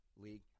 league